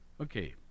Okay